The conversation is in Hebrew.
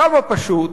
כמה פשוט,